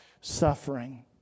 suffering